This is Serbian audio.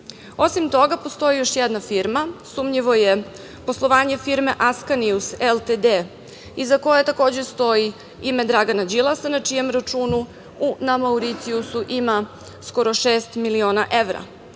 Osim toga, postoji još jedna firma. Sumnjivo je poslovanje firme „Ascanius LTD“ iza koje takođe stoji ime Dragana Đilasa, na čijem računu na Mauricijusu ima skoro šest miliona evra.